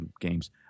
games